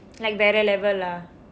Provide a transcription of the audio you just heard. like வேற:veera level lah